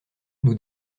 nous